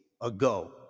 ago